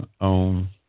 on